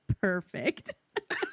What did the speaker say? perfect